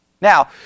Now